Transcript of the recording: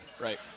Right